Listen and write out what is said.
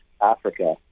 Africa